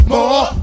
More